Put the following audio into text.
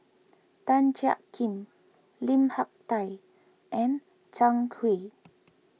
Tan Jiak Kim Lim Hak Tai and Zhang Hui